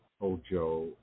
Ojo